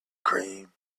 cream